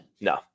No